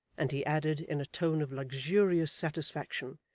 and he added, in a tone of luxurious satisfaction,